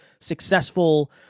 successful